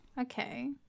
Okay